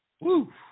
Woo